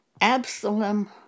Absalom